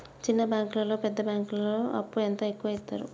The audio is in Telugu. చిన్న బ్యాంకులలో పెద్ద బ్యాంకులో అప్పు ఎంత ఎక్కువ యిత్తరు?